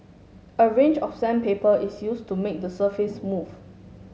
a range of sandpaper is used to make the surface smooth